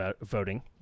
voting